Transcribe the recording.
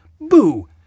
Boo